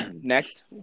Next